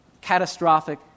catastrophic